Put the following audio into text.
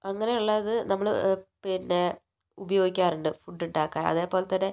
അങ്ങനെയുള്ളത് നമ്മൾ പിന്നെ ഉപയോഗിക്കാറുണ്ട് ഫുഡ്ഡുണ്ടാക്കാൻ അതേപോലെത്തന്നെ